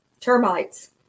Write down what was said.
Termites